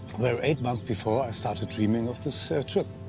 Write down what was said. where eight months before, i so but dreaming of this, ah, trip.